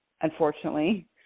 unfortunately